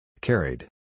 Carried